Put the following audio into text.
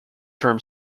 term